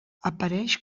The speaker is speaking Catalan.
apareix